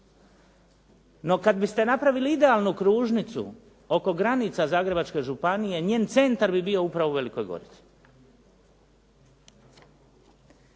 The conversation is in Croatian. No, kada biste napravili idealnu kružnicu oko granica Zagrebačke županije, njen centar bi bio upravo u Velikoj Gorici.